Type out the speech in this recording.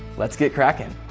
let's get cracking.